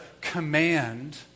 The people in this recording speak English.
command